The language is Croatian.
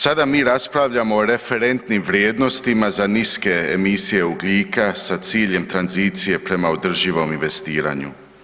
Sada mi raspravljamo o referentnim vrijednostima za niske emisije ugljika sa ciljem tranzicije prema održivom investiranju.